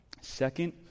Second